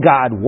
God